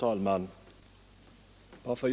Herr talman!